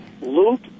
Luke